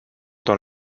dans